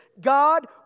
God